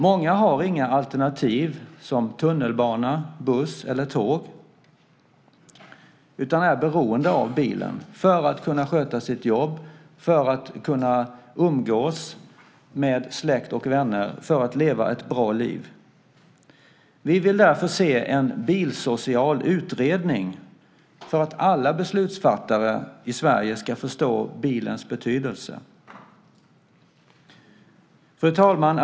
Många har inga alternativ som tunnelbana, buss eller tåg utan är beroende av bilen för att kunna sköta sitt jobb, för att kunna umgås med släkt och vänner, för att leva ett bra liv. Vi vill därför se en bilsocial utredning för att alla beslutsfattare i Sverige ska förstå bilens betydelse. Fru talman!